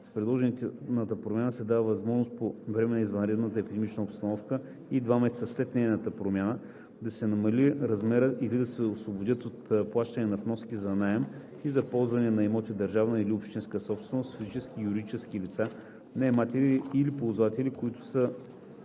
С предложената промяна се дава възможност по време на извънредната епидемична обстановка и два месеца след нейната отмяна да се намали размерът или да се освободят от плащане на вноските за наем и за ползване на имоти – държавна или общинска собственост, физическите и юридическите лица – наематели или ползватели, които са